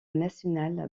nationale